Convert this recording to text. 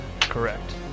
Correct